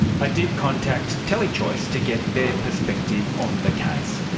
i did contact telechoice to get their perspective on the case.